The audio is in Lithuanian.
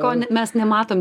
ko mes nematom